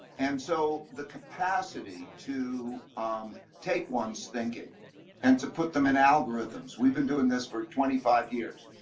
and so the capacity to take one's thinking and to put them in algorithms we've been doing this for twenty five years.